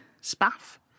Spaff